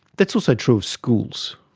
that's also true of schools.